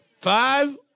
five